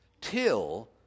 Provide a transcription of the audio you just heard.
Till